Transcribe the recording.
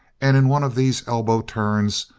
and in one of these elbow turns,